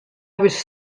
was